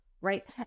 right